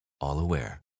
all-aware